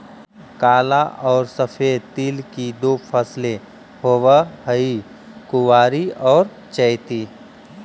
काला और सफेद तिल की दो फसलें होवअ हई कुवारी और चैती